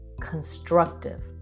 Constructive